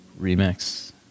remix